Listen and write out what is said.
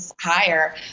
higher